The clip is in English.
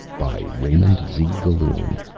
by raymond zinke gallun